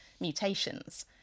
mutations